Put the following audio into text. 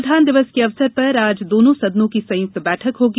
संविधान दिवस के अवसर पर आज दोनों सदनों की संयुक्त बैठक होगी